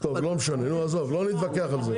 לא משנה, לא נתווכח על זה.